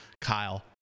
Kyle